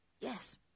Yes